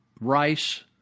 Rice